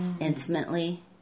intimately